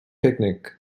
picnic